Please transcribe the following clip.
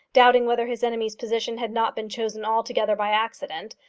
doubting whether his enemy's position had not been chosen altogether by accident,